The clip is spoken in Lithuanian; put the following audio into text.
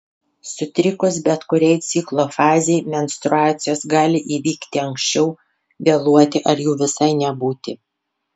sutrikus bet kuriai ciklo fazei menstruacijos gali įvykti anksčiau vėluoti ar jų visai nebūti